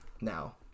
now